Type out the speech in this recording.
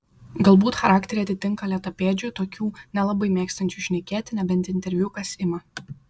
galbūt charakteriai atitinka lėtapėdžių tokių nelabai mėgstančių šnekėti nebent interviu kas ima